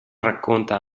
racconta